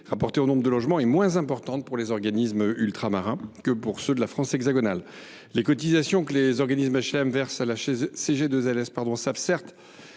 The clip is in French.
rapporté au nombre de logements est moins importante pour les organismes ultramarins que pour ceux de la France hexagonale. Les cotisations que les organismes HLM versent à la CGLLS servent certes